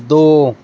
ਦੋ